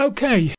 Okay